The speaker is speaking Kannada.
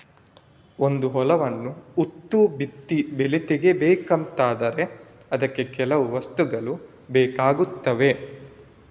ಒಂದು ಹೊಲವನ್ನ ಉತ್ತು ಬಿತ್ತಿ ಬೆಳೆ ತೆಗೀಬೇಕು ಅಂತ ಆದ್ರೆ ಅದಕ್ಕೆ ಕೆಲವು ವಸ್ತುಗಳು ಬೇಕಾಗ್ತವೆ